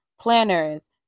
planners